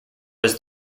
was